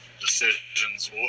decisions